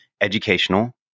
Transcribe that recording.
Educational